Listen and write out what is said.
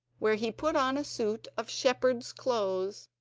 where he put on a suit of shepherd's clothes,